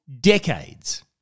decades